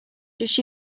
just